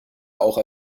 auch